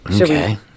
Okay